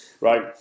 right